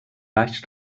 baix